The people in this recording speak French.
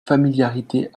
familiarité